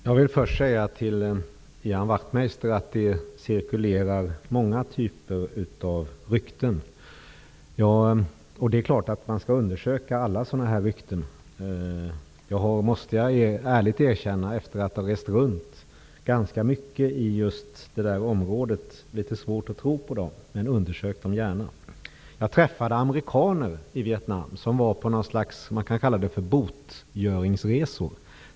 Herr talman! Först vill jag till Ian Wachtmeister säga att det cirkulerar många rykten. Det är klart att man skall undersöka alla. Jag måste dock, efter att ha rest runt ganska mycket i det här området, ärligt erkänna att jag har litet svårt att tro på dem. Men undersök dem gärna! Jag träffade amerikaner i Vietnam. De var på något som man kan kalla botgöringsresa.